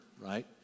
right